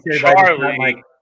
Charlie